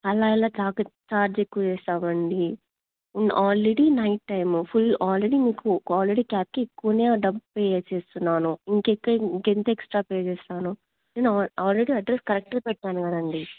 అలా ఎలా చ ఛార్జ్ ఎక్కువ చేస్తాం అండి already night time full already మీకు ఆల్రెడీ క్యాబ్కి ఎక్కువ డబ్బు పే చేస్తున్నాను ఇంకెక్క ఇంకా ఎంత ఎక్స్ట్రా పే చేస్తాను నేను ఆల్రెడీ అడ్రస్ కరెక్ట్గా పెట్టాను కదండి